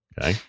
Okay